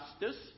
justice